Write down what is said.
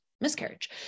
miscarriage